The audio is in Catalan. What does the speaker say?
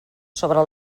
sobre